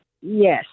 Yes